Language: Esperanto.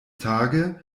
tage